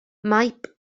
maip